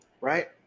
right